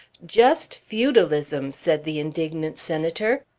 just feudalism! said the indignant senator.